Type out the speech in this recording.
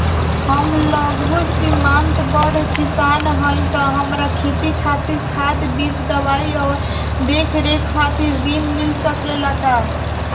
हम लघु सिमांत बड़ किसान हईं त हमरा खेती खातिर खाद बीज दवाई आ देखरेख खातिर ऋण मिल सकेला का?